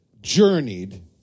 journeyed